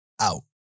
out